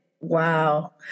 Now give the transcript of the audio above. Wow